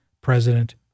President